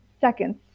seconds